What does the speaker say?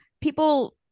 people